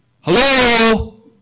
Hello